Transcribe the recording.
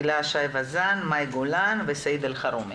הילה שי וזאן, מאי גולן וסעיד אלחרומי.